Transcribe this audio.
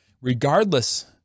Regardless